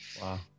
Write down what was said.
Wow